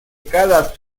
cada